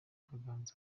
gahanga